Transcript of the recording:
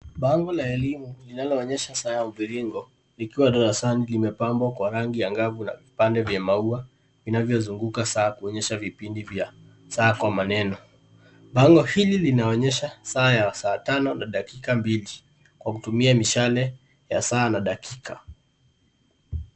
Bango la elimu linaloonyesha saa ya mviringo likiwa darasani limepambwa kwa rangi angavu na vipande vya maua vinavyozunguka saa kuonyesha vipindi vya saa kwa maneno. Bango hili linaonyesha saa ya saa tano na dakika mbili kwa kutumia mishale ya saa na dakika.